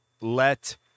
let